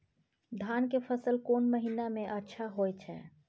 धान के फसल कोन महिना में अच्छा होय छै?